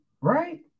right